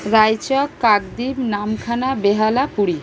Raichak Kakdwip Namkhana Behala Puri